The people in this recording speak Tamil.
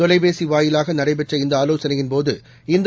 தொலைபேசிவாயிலாகநடைபெற்ற இந்தஆலோசனையின்போது இந்தோ